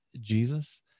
Jesus